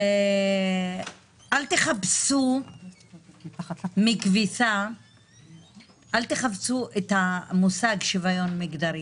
אל תכבסו בחוק הזה את המושג שוויון מגדרי.